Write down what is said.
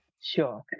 Sure